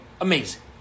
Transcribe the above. Amazing